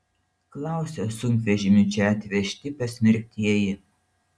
klausia sunkvežimiu čia atvežti pasmerktieji